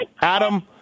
Adam